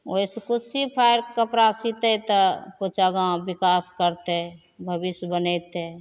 ओहिसे किछु सी फाड़िके कपड़ा सितै तऽ किछु आगाँ विकास करतै भविष्य बनेतै